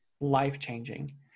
life-changing